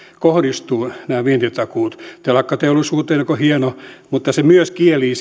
kohdistuvat nämä vientitakuut telakkateollisuuteen mihin kohdistuminen on hienoa mutta myös kielii